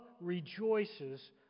rejoices